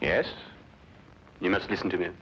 yes you must listen to